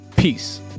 Peace